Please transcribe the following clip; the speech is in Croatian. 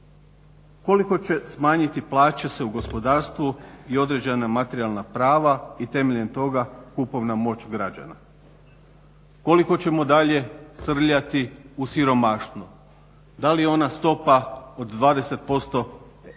Koliko će se smanjiti plaće u gospodarstvu i određena materijalna prava i temeljem toga kupovna moć građana? Koliko ćemo dalje srljati u siromaštvo? Da li ona stopa od 20% siromašnih